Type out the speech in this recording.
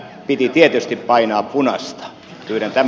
piti tietysti painaa punaista pyydetään